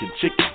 chicken